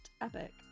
epic